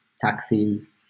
taxis